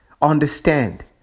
understand